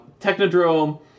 Technodrome